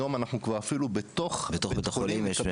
היום אנחנו כבר אפילו בתוך --- בתוך בית החולים יש.